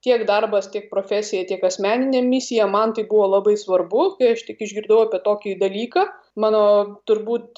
tiek darbas tik profesija tiek asmeninė misija man tai buvo labai svarbu kai aš tik išgirdau apie tokį dalyką mano turbūt